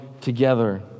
together